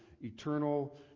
eternal